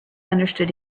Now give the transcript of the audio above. understood